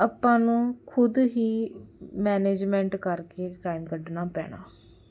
ਆਪਾਂ ਨੂੰ ਖੁਦ ਹੀ ਮੈਨੇਜਮੈਂਟ ਕਰਕੇ ਟਾਈਮ ਕੱਢਣਾ ਪੈਣਾ